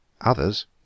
others